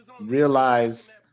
realize